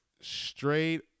straight